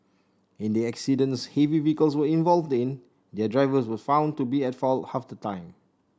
in the accidents heavy vehicles were involved in their drivers were found to be at fault half the time